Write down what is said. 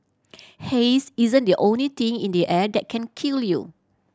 haze isn't the only thing in the air that can kill you